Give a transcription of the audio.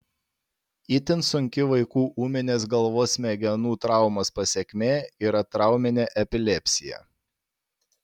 itin sunki vaikų ūminės galvos smegenų traumos pasekmė yra trauminė epilepsija